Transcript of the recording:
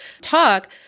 talk